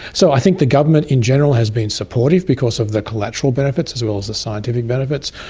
so i think the government in general has been supportive because of the collateral benefits as well as the scientific benefits,